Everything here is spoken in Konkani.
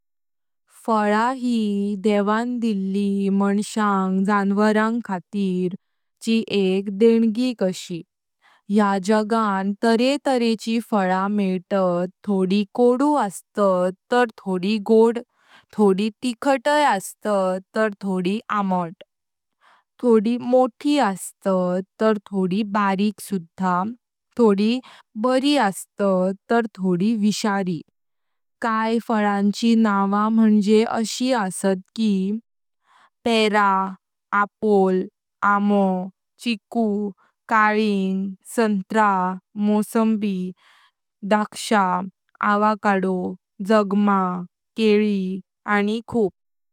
फळ यी देवन दिली माणसयांग, जनवारांग खातीर ची एक डेंगी कशी। या जगान तारे तारे ची फळ मेंतात। थोडी कडू अस्तात तार थोडी गोड थोडी तिखटाय अस्तात तार थोडी आमा। थोडी मोठी अस्तात तार थोडी बारीक। थोडी बारी अस्तात तार थोडी विषारी। काय फळांची नाव मं६य असे आसत कि पेरा, आपोल, आमो, चीकू, कलींग, संत्रा, मोसंभी, द्राक्ष्य, अवोकाडो, जग्मा, केळी, आनी खूप।